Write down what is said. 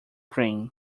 cream